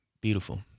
beautiful